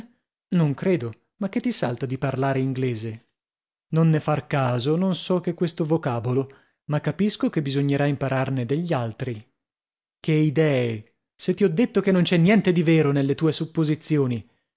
non credo ma che ti salta di parlare inglese non ne far caso non so che questo vocabolo ma capisco che bisognerà impararne degli altri che idee se ti ho detto che non c'è niente di vero nelle tue supposizioni